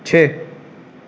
چھ